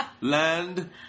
land